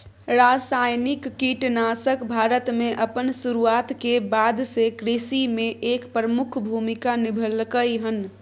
रासायनिक कीटनाशक भारत में अपन शुरुआत के बाद से कृषि में एक प्रमुख भूमिका निभलकय हन